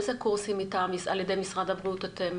איזה קורסים על ידי משרד הבריאות אתם